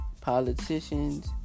politicians